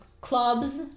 clubs